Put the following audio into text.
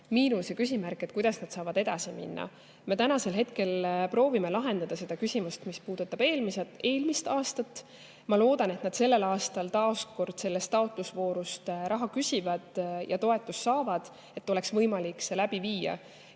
miinus ja küsimärk, kuidas nad saavad edasi minna. Me praegu proovime lahendada seda küsimust, mis puudutab eelmist aastat. Ma loodan, et nad küsivad sellel aastal taas kord sellest taotlusvoorust raha ja toetust saavad, et oleks võimalik see läbi viia.